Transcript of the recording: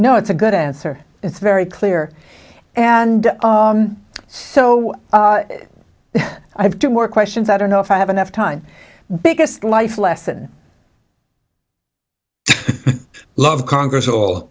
no it's a good answer it's very clear and so that i have two more questions i don't know if i have enough time biggest life lesson love conquers all